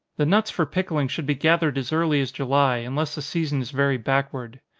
the nuts for pickling should be gathered as early as july, unless the season is very backward.